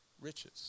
riches